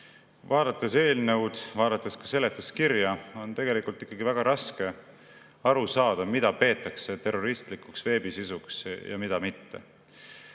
Vaadates eelnõu, vaadates ka seletuskirja, on tegelikult ikkagi väga raske aru saada, mida peetakse terroristlikuks veebisisuks ja mida mitte.